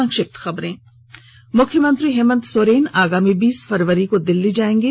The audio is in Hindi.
क्षप्त खबरें मुख्यमंत्री हेमंत सोरेन आगामी बीस फरवरी को दिल्ली जाएंगे